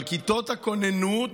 אבל כיתות הכוננות